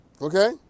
Okay